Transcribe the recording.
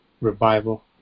revival